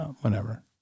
Whenever